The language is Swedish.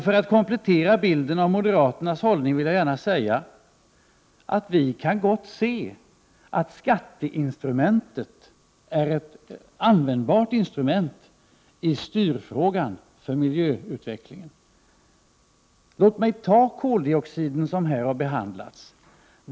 För att komplettera bilden av moderaternas hållning vill jag gärna säga att vi gott kan se att skatteinstrumentet är ett användbart instrument i styrfrågan för miljöutvecklingen. Jag skall som exempel ta koldioxid som har behandlats här.